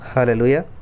Hallelujah